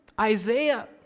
Isaiah